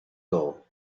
goal